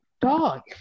Dog